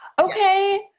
Okay